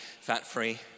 fat-free